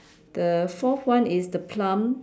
the fourth one is the plum